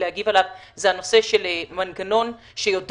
להגיב עליו זה הנושא של מנגנון שיודע